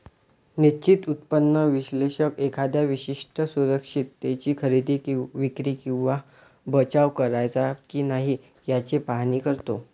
निश्चित उत्पन्न विश्लेषक एखाद्या विशिष्ट सुरक्षिततेची खरेदी, विक्री किंवा बचाव करायचा की नाही याचे पाहणी करतो